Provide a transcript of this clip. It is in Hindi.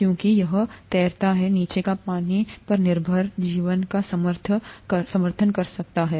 क्योंकि यह तैरता है नीचे का पानी पानी पर निर्भर जीवन का समर्थन कर सकता है